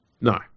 No